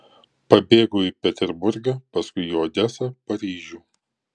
pabėgo į peterburgą paskui į odesą paryžių